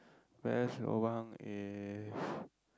best lobang is